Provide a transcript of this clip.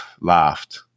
laughed